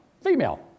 female